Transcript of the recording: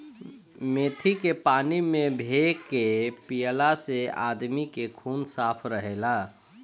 मेथी के पानी में भे के पियला से आदमी के खून साफ़ रहेला